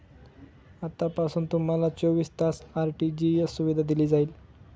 आतापासून तुम्हाला चोवीस तास आर.टी.जी.एस सुविधा दिली जाईल